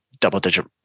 Double-digit